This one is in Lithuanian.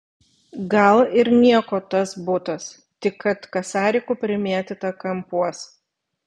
gal ir nieko tas butas tik kad kasarikų primėtyta kampuos